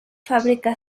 fábrica